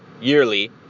yearly